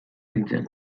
nintzen